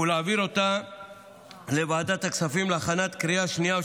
ולהעביר אותה לוועדת הכספים להכנה לקריאה שנייה ושלישית.